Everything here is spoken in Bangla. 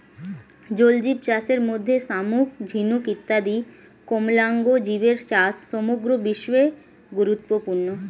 জলজীবচাষের মধ্যে শামুক, ঝিনুক ইত্যাদি কোমলাঙ্গ জীবের চাষ সমগ্র বিশ্বে গুরুত্বপূর্ণ